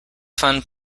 fun